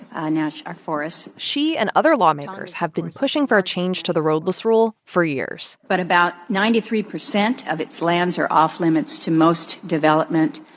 and yeah our forests she and other lawmakers have been pushing for a change to the roadless rule for years but about ninety three percent of its lands are off-limits to most development,